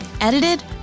Edited